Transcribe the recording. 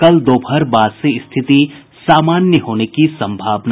कल दोपहर बाद से स्थिति सामान्य होने की संभावना